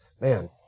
Man